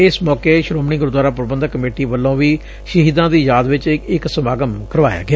ਇਸ ਮੌਕੇ ਸ੍ਹੋਮਣੀ ਗੁਰਦੁਆਰਾ ਪ੍ਬੰਧਕ ਕਮੇਟੀ ਵਲੋਂ ਵੀ ਸ਼ਹੀਦਾਂ ਦੀ ਯਾਦ ਵਿਚ ਇਕ ਸਮਾਗਮ ਕਰਵਾਇਆ ਗਿਆ